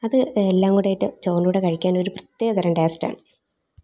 അത് എല്ലാം കൂടെ ഇട്ട് ചോറിൻ്റെ കൂടെ കഴിക്കാൻ ഒരു പ്രത്യേക തരം ടേസ്റ്റാണ്